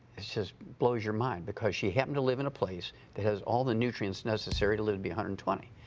it just blows your mind because she happened to live in a place that has all the nutrients necessary to live to be one hundred and twenty.